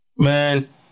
man